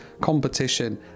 competition